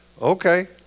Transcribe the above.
Okay